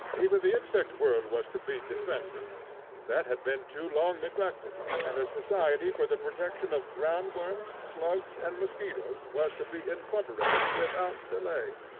even the insect world was to be defended that had been too long neglected, and a society for the protection of ground-worms, slugs, and mosquitos was to be incorporated without delay.